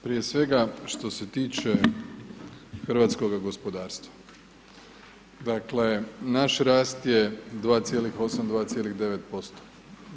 Prije svega, što se tiče hrvatskoga gospodarstva, dakle, naš rast je 2,8, 2,9%